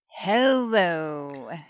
Hello